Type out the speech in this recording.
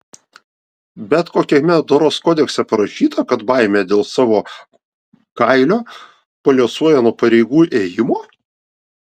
bet kokiame doros kodekse parašyta kad baimė dėl savo kailio paliuosuoja nuo pareigų ėjimo